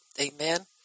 Amen